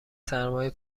سرمای